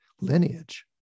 lineage